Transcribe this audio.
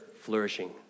flourishing